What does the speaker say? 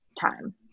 time